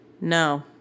No